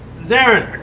zerin